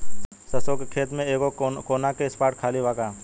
सरसों के खेत में एगो कोना के स्पॉट खाली बा का?